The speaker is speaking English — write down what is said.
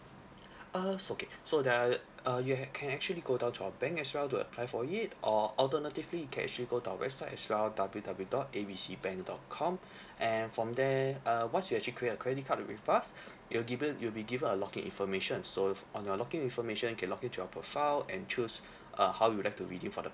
err so okay so there are uh you have can actually go down to our bank as well to apply for it or alternatively you can actually go to our website as well W W dot A B C bank dot com and from there uh once you actually create a credit card with us you're given you'll be given a log in information so on your log in information you can log in to your profile and choose uh how you would have to redeem for the